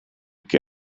che